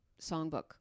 songbook